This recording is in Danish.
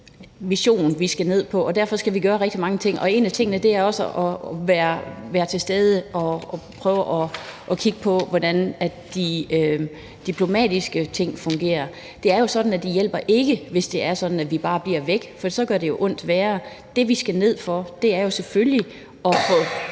mission, vi skal ned på, og derfor skal vi gøre rigtig mange ting, og en af tingene er også at være til stede og prøve at kigge på, hvordan de diplomatiske ting fungerer. Det er jo sådan, at det ikke hjælper, hvis vi bare bliver væk, for så gør det jo bare ondt værre. Det, vi skal ned for at gøre, er selvfølgelig at